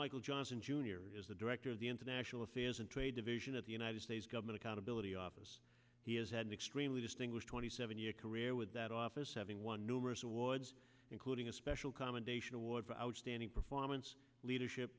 michael johnson jr is the director of the international affairs and trade division at the united states government accountability office he has had an extremely distinguished twenty seven year career with that office having won numerous awards including a special commendation award for outstanding performance leadership